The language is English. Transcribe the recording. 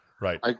Right